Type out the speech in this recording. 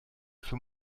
für